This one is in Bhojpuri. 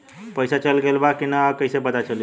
पइसा चल गेलऽ बा कि न और कइसे पता चलि?